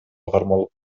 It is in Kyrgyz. кармалып